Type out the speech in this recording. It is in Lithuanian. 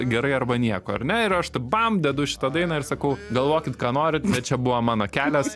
gerai arba nieko ar ne ir aš taip bam dedu šitą dainą ir sakau galvokit ką norit bet čia buvo mano kelias